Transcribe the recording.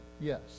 Yes